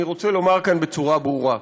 אני רוצה לומר כאן בצורה ברורה: